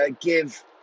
give